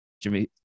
Jimmy